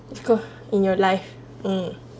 of course in your life um